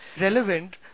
relevant